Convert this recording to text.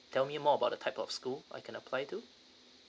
tell me more about the type of school I can apply to